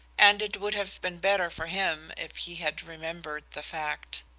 and it would have been better for him if he had remembered the fact.